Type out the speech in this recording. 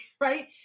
right